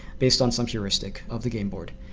based on some heuristic of the game board.